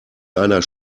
einer